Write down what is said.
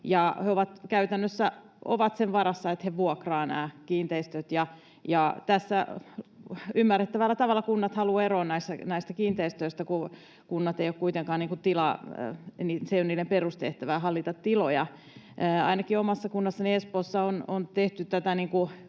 ovat sen varassa, että he vuokraavat nämä kiinteistöt. Ymmärrettävällä tavalla kunnat haluavat eroon näistä kiinteistöistä, kun tilojen hallinta ei ole kuitenkaan niiden perustehtävä. Ainakin omassa kunnassani Espoossa on tehty